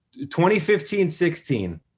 2015-16